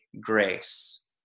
grace